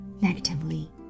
negatively